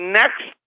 next